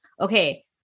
Okay